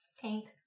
Pink